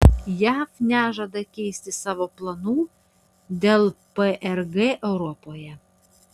jav nežada keisti savo planų dėl prg europoje